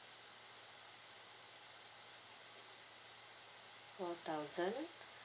four thousand